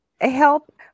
help